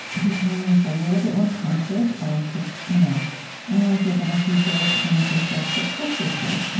becoming just a little bit more conscious by just you know i want to say, again, like be very kind to yourself, but push yourself.